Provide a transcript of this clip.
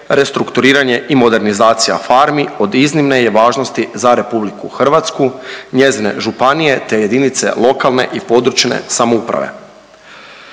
restrukturiranje i modernizacija farmi od iznimne je važnosti za RH, njezine županije, te jedinice lokalne i područne samouprave.